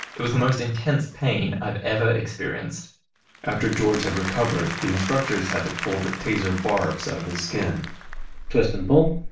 it was the most intense pain i've ever experienced after george had recovered, the instructors had to pull the taser barbs out of his skin twist and pull.